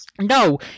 No